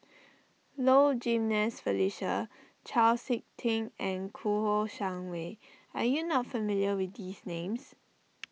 Low Jimenez Felicia Chau Sik Ting and Kouo Shang Wei are you not familiar with these names